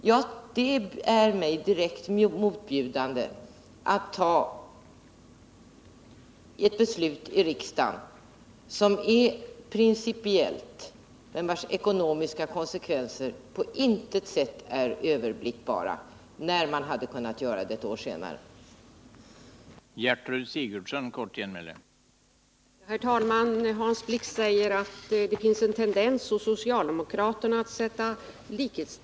Jag vill till detta säga att det är mig direkt motbjudande att vi i riksdagen i dag skall fatta ett beslut som är principiellt men vars ekonomiska konsekvenser på intet sätt är överblickbara, när vi ett år senare skulle kunna fatta ett beslut som kunde baseras på ett helt annat underlag.